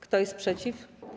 Kto jest przeciw?